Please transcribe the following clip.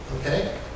Okay